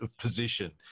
position